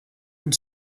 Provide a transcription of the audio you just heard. and